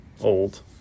old